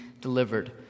delivered